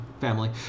family